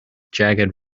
jagged